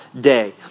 day